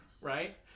right